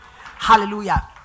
Hallelujah